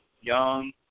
young